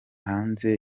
hanze